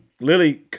Lily